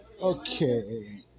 Okay